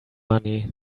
money